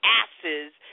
asses